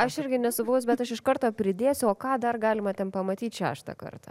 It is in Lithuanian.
aš irgi nesu buvus bet aš iš karto pridėsiu o ką dar galima ten pamatyt šeštą kartą